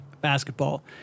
basketball